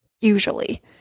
usually